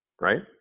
right